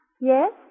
Yes